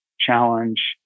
challenge